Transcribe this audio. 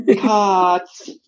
Cards